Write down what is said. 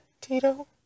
Tito